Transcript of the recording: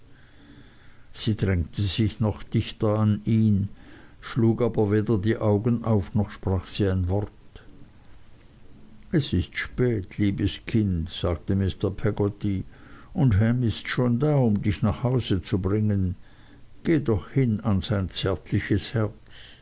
sie drängte sich noch dichter an ihn schlug aber weder die augen auf noch sprach sie ein wort es wird spät liebes kind sagte mr peggotty und ham ist schon da um dich nach haus zu bringen geh doch hin an sein zärtliches herz